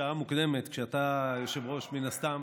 בשעה מוקדמת, כשאתה, היושב-ראש, מן הסתם,